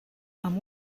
amb